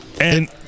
And-